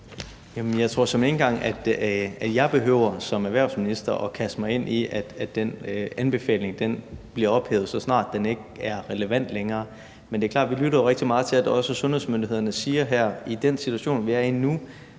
engang, at jeg som erhvervsminister behøver kaste mig ud i at sørge for, at den anbefaling bliver ophævet, så snart den ikke er relevant længere. Men det er klart, at vi også lytter rigtig meget til, at sundhedsmyndighederne siger, at i den situation, vi er i nu,